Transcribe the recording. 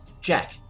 Jack